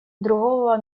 другого